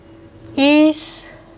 is